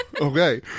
Okay